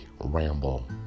ramble